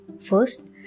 First